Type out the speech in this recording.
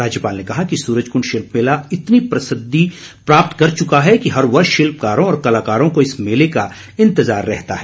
राज्यपाल ने कहा कि सूरजकुंड शिल्प मेला इतनी प्रसिद्वी प्राप्त कर चुका है कि हर वर्ष शिल्पकारों और कलाकारों को इस मेले का इंतजार रहता है